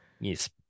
Yes